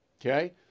Okay